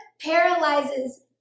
paralyzes